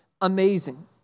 Amazing